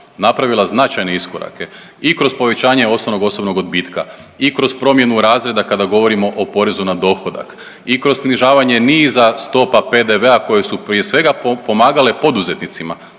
napravila značajne iskorake i kroz povećanje osnovnog osobnog odbitka i kroz promjenu razreda kada govorimo o porezu na dohodak i kroz snižavanje niza stopa PDV-a koje su prije svega pomagale poduzetnicima.